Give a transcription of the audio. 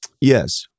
yes